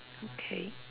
okay